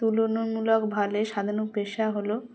তুলনামূলক ভাবে সাধারণ পেশা হল